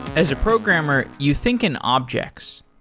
as a programmer, you think in objects.